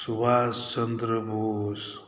Subhash Chandra Bose